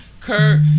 Kurt